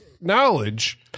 Knowledge